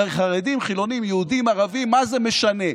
חרדים, חילונים, יהודים, ערבים, מה זה משנה?